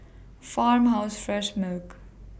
Farmhouse Fresh Milk